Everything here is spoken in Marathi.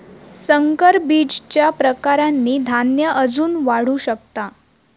संकर बीजच्या प्रकारांनी धान्य अजून वाढू शकता